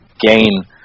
gain